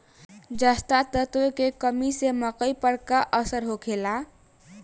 जस्ता तत्व के कमी से मकई पर का असर होखेला?